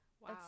Wow